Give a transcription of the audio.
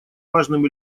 важным